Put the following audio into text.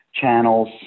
channels